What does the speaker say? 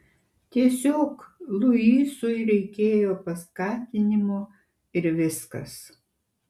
tiesiog luisui reikėjo paskatinimo ir viskas